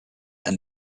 and